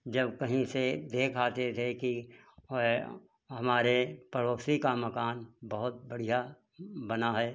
जब कहीं से देख आते थे कि हमारे पड़ोसी का मकान बहुत बढ़िया बना है